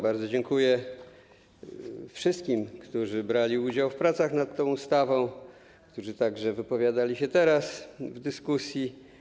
Bardzo dziękuję wszystkim, którzy brali udział w pracach nad tą ustawą, także tym, którzy wypowiadali się teraz w dyskusji.